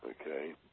okay